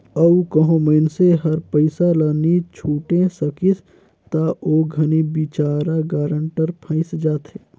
अउ कहों मइनसे हर पइसा ल नी छुटे सकिस ता ओ घनी बिचारा गारंटर फंइस जाथे